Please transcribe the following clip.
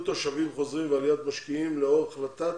תושבים חוזרים ועליית משקיעים לאור החלטת